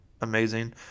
amazing